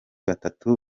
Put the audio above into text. batatu